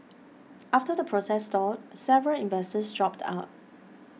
after the process stalled several investors dropped out